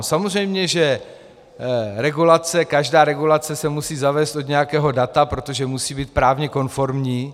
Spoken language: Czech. Samozřejmě, že regulace, každá regulace se musí zavést od nějakého data, protože musí být právně konformní.